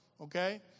Okay